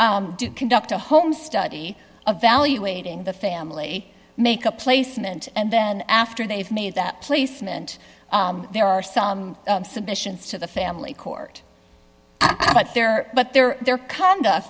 to do conduct a home study of valuating the family make a placement and then after they've made that placement there are some submissions to the family court i got there but they're there conduct